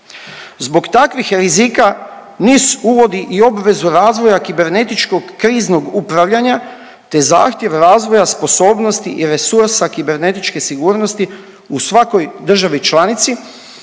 Zbog takvih rizika NIS uvodi i obvezu razvoja kibernetičkog kriznog upravljanja te zahtjev razvoja sposobnosti i resursa kibernetičke sigurnosti u svakoj državi članici